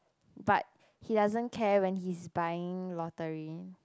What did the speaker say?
but he doesn't care when he's buying lottery